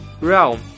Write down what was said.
realm